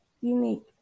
unique